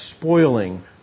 spoiling